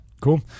cool